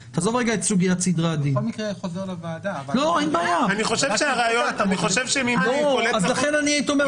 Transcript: מקרה חוזר לוועדה --- לכן אני אומר,